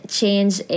change